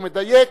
הוא מדייק,